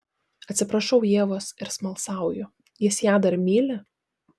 atsiprašau ievos ir smalsauju jis ją dar myli